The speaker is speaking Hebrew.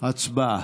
הצבעה.